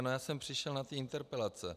No já jsem přišel na ty interpelace.